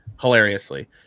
Hilariously